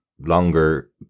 longer